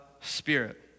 spirit